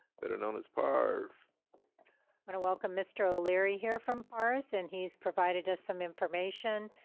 better known as pars. i wanna welcome mr. o'leary here from pars, and he's provided us some information.